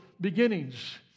beginnings